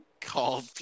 called